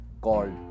called